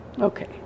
Okay